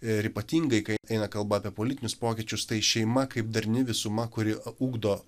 ir ypatingai kai eina kalba apie politinius pokyčius tai šeima kaip darni visuma kuri ugdo